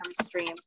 stream